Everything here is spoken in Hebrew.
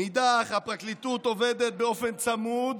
מנגד, הפרקליטות עובדת באופן צמוד